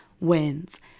wins